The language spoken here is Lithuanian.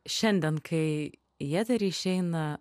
šiandien kai į eterį išeina